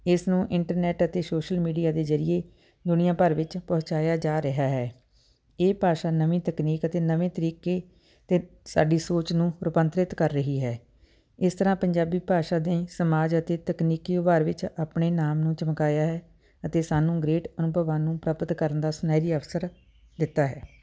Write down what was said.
ਇਸ ਨੂੰ ਇੰਟਰਨੈੱਟ ਅਤੇ ਸੋਸ਼ਲ ਮੀਡੀਆ ਦੇ ਜ਼ਰੀਏ ਦੁਨੀਆ ਭਰ ਵਿੱਚ ਪਹੁੰਚਾਇਆ ਜਾ ਰਿਹਾ ਹੈ ਇਹ ਭਾਸ਼ਾ ਨਵੀਂ ਤਕਨੀਕ ਅਤੇ ਨਵੇਂ ਤਰੀਕੇ 'ਤੇ ਸਾਡੀ ਸੋਚ ਨੂੰ ਰੂਪਾਂਤਰਿਤ ਕਰ ਰਹੀ ਹੈ ਇਸ ਤਰ੍ਹਾਂ ਪੰਜਾਬੀ ਭਾਸ਼ਾ ਦੀ ਸਮਾਜ ਅਤੇ ਤਕਨੀਕੀ ਉਭਾਰ ਵਿੱਚ ਆਪਣੇ ਨਾਮ ਨੂੰ ਚਮਕਾਇਆ ਹੈ ਅਤੇ ਸਾਨੂੰ ਗ੍ਰੇਟ ਅਨੁਭਵਾਂ ਨੂੰ ਪ੍ਰਾਪਤ ਕਰਨ ਦਾ ਸੁਨਹਿਰੀ ਅਵਸਰ ਦਿੱਤਾ ਹੈ